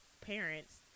parents